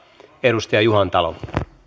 edustaja juhantalo